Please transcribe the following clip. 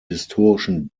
historischen